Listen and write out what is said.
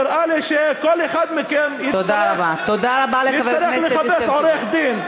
נראה לי שכל אחד מכם יצטרך לחפש עורך-דין.